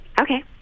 Okay